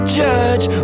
judge